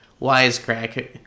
Wisecrack